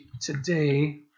today